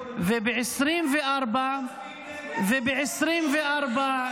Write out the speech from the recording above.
לפה למיגור הפשיעה, אתם מצביעים נגד.